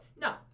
No